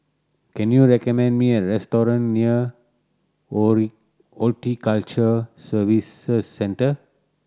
can you recommend me a restaurant near Horticulture Services Centre